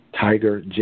Tiger